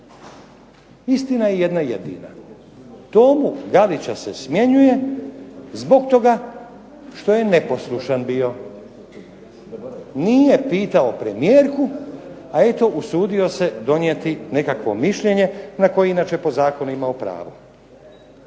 Istina je jedna jedina. Tomu Galića se smjenjuje zbog toga što je neposlušan bio. Nije pitao premijerku a eto usudio se donijeti nekakvo mišljenje na koje inače po zakonu ima pravo.